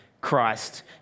Christ